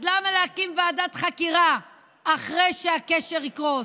אז למה להקים ועדת חקירה אחרי שהגשר יקרוס?